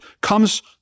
comes